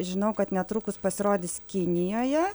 žinau kad netrukus pasirodys kinijoje